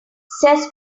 says